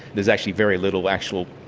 there's actually very little actual,